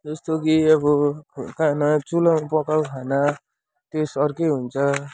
जस्तो कि अब खाना चुलोमा पकाएको खाना टेस्ट अर्कै हुन्छ